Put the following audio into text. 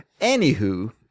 Anywho